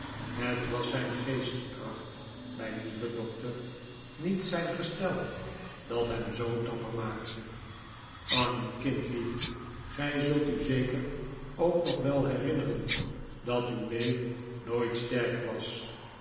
het was zijn geestkracht mijn lieve doctor niet zijn gestel dat hem zoo dapper maakte annie kindlief gij zult u zeker ook nog wel herinneren dat uw neef nooit sterk was